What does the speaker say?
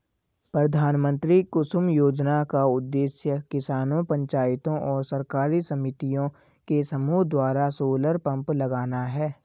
प्रधानमंत्री कुसुम योजना का उद्देश्य किसानों पंचायतों और सरकारी समितियों के समूह द्वारा सोलर पंप लगाना है